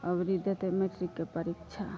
अबरी देतै मैट्रिकके परीक्षा